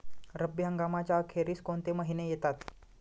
रब्बी हंगामाच्या अखेरीस कोणते महिने येतात?